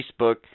Facebook